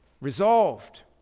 Resolved